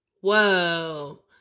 Whoa